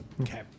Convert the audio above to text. Okay